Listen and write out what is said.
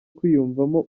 kwiyumvamo